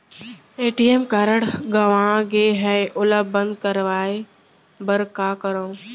ATM card गंवा गे है ओला बंद कराये बर का करंव?